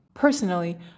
Personally